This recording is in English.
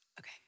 Okay